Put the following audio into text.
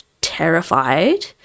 terrified